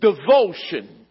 devotion